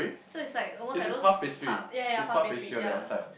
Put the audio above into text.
so it's like almost like those pub yea yea yea puppetry yea